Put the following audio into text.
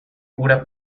cura